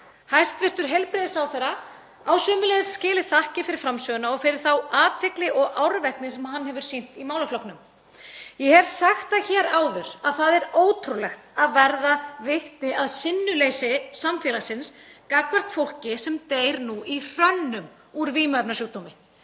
Hæstv. heilbrigðisráðherra á sömuleiðis skilið þakkir fyrir framsöguna og þá athygli og árvekni sem hann hefur sýnt í málaflokknum. Ég hef sagt það hér áður að það er ótrúlegt að verða vitni að sinnuleysi samfélagsins gagnvart fólki sem deyr nú í hrönnum úr vímuefnasjúkdómi.